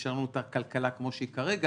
שאפשר לנו את הכלכלה כמו שהיא כרגע,